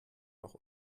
noch